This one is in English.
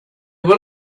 were